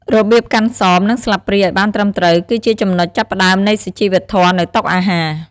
របៀបកាន់សម និងស្លាបព្រាឱ្យបានត្រឹមត្រូវ គឺជាចំណុចចាប់ផ្តើមនៃសុជីវធម៌នៅតុអាហារ។